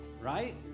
right